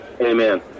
Amen